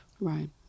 Right